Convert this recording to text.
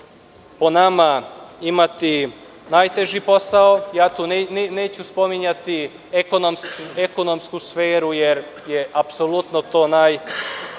po nama imati najteži posao. Tu neću spominjati ekonomsku sferu, jer je apsolutno to